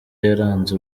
yaranze